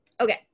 okay